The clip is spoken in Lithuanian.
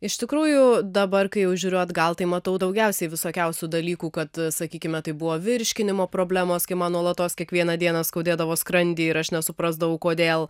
iš tikrųjų dabar kai jau žiūriu atgal tai matau daugiausiai visokiausių dalykų kad sakykime tai buvo virškinimo problemos kai man nuolatos kiekvieną dieną skaudėdavo skrandį ir aš nesuprasdavau kodėl